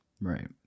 Right